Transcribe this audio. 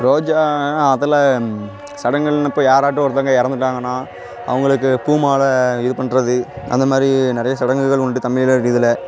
ரோஜா அதில் சடங்குகள்ன்னு இப்போ யாராட்டோம் ஒருத்தவங்க இறந்துட்டாங்கனா அவங்களுக்கு பூமாலை இது பண்ணுறது அந்தமாதிரி நிறைய சடங்குகள் உண்டு தமிழர் இதில்